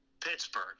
Pittsburgh